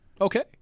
Okay